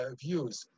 views